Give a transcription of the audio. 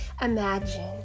Imagine